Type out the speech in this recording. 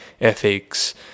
ethics